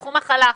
קחו מחלה אחרת,